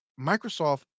Microsoft